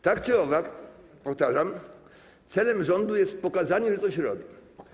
Tak czy owak, powtarzam, celem rządu jest pokazanie, że coś robi.